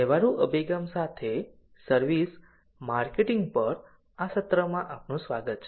વ્યવહારુ અભિગમ સાથે સર્વિસ માર્કેટિંગ પર આ સત્રમાં આપનું સ્વાગત છે